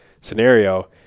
scenario